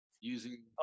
using